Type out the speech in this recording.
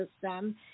System